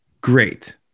Great